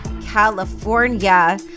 California